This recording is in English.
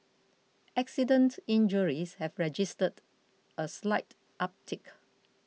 accident injuries have registered a slight uptick